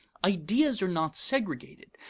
ideas are not segregated,